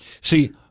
see